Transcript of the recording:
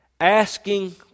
asking